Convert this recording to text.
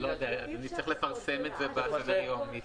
לא צריך לפרסם את זה בסדר-היום.